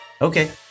okay